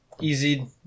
Easy